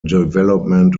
development